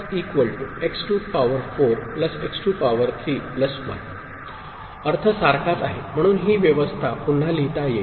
f x4 x3 1 अर्थ सारखाच आहे म्हणून ही व्यवस्था पुन्हा लिहिता येईल